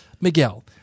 Miguel